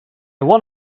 won